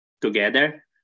together